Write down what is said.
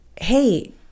hey